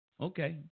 Okay